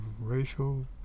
racial